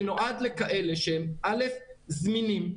זה נועד לכאלה שהם אל"ף זמינים,